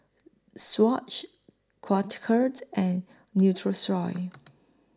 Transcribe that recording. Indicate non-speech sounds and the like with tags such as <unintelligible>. Swatch <unintelligible> and Nutrisoy